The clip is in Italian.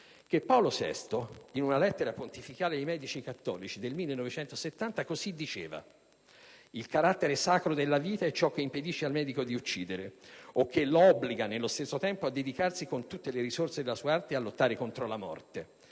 chePaolo VI, in una lettera pontificale del 1970 ai medici cattolici, così scriveva: «Il carattere sacro della vita è ciò che impedisce al medico di uccidere e che lo obbliga nello stesso tempo a dedicarsi con tutte le risorse della sua arte a lottare contro la morte.